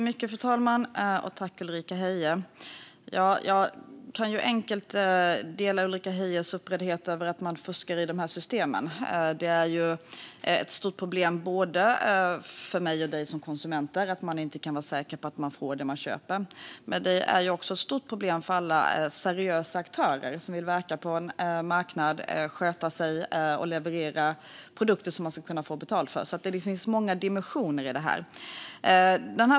Fru talman! Jag delar lätt Ulrika Heies upprördhet över att det fuskas i dessa system. Det är ett stort problem för mig och dig som konsumenter då vi inte kan vara säkra på att vi får det vi köper. Det är också ett stort problem för alla seriösa aktörer som vill verka på en marknad, sköta sig och leverera produkter som de vill kunna få betalt för. Här finns alltså många dimensioner.